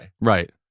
Right